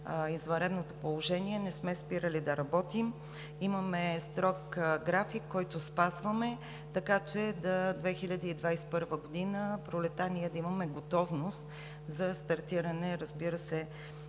извънредното положение не сме спирали да работим. Имаме строг график, който спазваме, така че през пролетта на 2021 г. ние да имаме готовност за стартиране, разбира се,